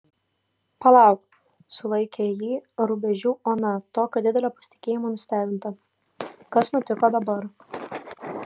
palauk sulaikė jį rubežių ona tokio didelio pasitikėjimo nustebinta kas nutiko dabar